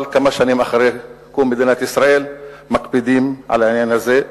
אבל כמה שנים אחרי קום מדינת ישראל מקפידים על העניין הזה.